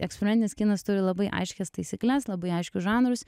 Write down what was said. eksperimentinis kinas turi labai aiškias taisykles labai aiškius žanrus